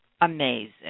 amazing